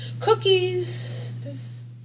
Cookies